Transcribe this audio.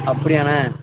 அப்படியாண்ணே